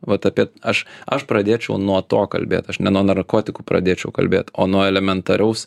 vat apie aš aš pradėčiau nuo to kalbėt aš ne nuo narkotikų pradėčiau kalbėt o nuo elementaraus